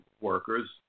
workers